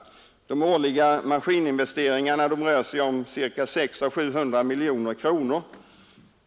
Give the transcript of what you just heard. De årliga maskininvesteringarna rör sig om 600 å 700 miljoner kronor.